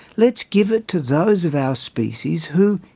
let's give it to those of our species who,